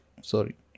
Sorry